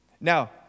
Now